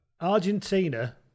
Argentina